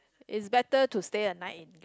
is better to stay a night